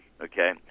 Okay